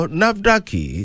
navdaki